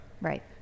Right